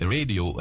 Radio